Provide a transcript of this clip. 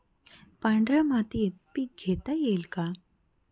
पांढऱ्या मातीत पीक घेता येईल का?